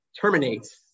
terminates